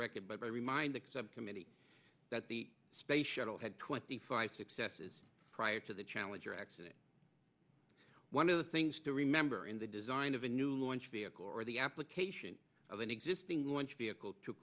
record but i remind the committee that the space shuttle had twenty five successes prior to the challenger accident one of the things to remember in the design of a new launch vehicle or the application of an existing launch vehicle to